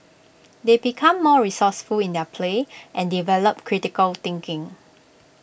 they become more resourceful in their play and develop critical thinking